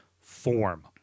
form